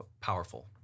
powerful